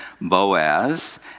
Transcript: Boaz